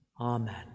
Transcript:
Amen